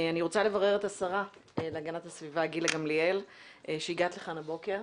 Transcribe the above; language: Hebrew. אני רוצה לברך את השרה להגנת הסביבה גילה גמליאל שהגעת לכאן הבוקר.